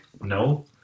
no